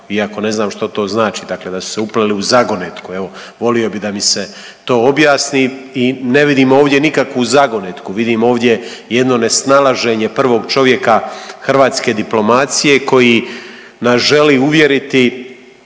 iako ne znam što to znači, dakle da su se upleli u zagonetku, evo, volio bih da mi se to objasni i ne vidimo ovdje nikakvu zagonetku. Vidim ovdje jedno nesnalaženje prvog čovjeka hrvatske diplomacije koji nas želi uvjeriti